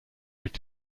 every